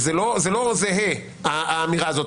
זה לא זהה האמירה הזאת.